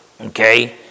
Okay